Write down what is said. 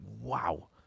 wow